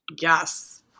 Yes